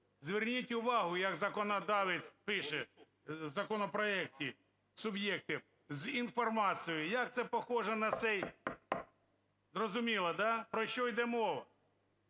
зверніть увагу, як законодавець пише в законопроекті, суб'єкти з інформацією, як це похоже на цей... Зрозуміло, да. Про що йде мова,